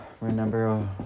remember